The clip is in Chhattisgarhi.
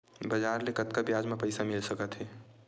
बजार ले कतका ब्याज म पईसा मिल सकत हे?